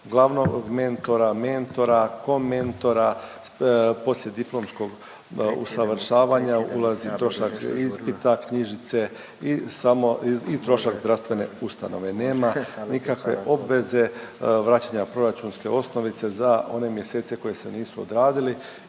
glavnog mentora, mentora, komentora, poslijediplomskom usavršavanja, ulazi trošak ispita, knjižice i samo i trošak zdravstvene ustanove. Nema nikakve obveze vraćanja proračunske osnovice za one mjesece koji se nisu odradili